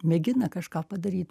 mėgina kažką padaryt